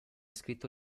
scritto